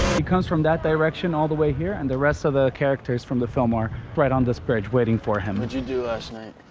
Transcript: he comes from that direction all the way here and the rest of the characters from the film are right on this bridge waiting for him what you do last night?